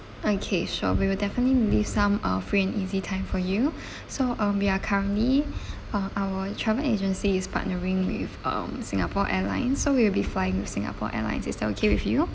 okay sure we will definitely leave some uh free and easy time for you so um we are currently uh our travel agency is partnering with um Singapore Airlines so we will be flying with Singapore Airlines is that okay with you